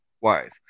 wise